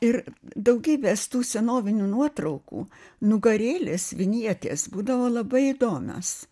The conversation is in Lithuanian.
ir daugybės tų senovinių nuotraukų nugarėlės vinjetės būdavo labai įdomios